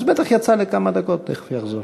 הוא בטח יצא לכמה דקות ותכף יחזור.